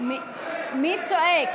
מי צועק?